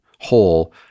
whole